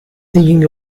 thinking